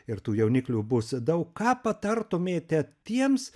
ir tų jauniklių bus daug ką patartumėte tiems